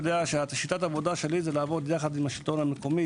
יודע ששיטת העבודה שלי לעבוד יחד עם השלטון המקומי,